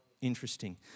interesting